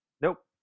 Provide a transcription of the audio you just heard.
Nope